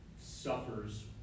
suffers